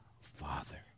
Father